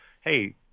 hey